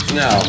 no